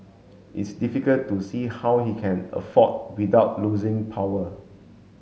it's difficult to see how he can afford without losing power